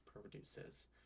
produces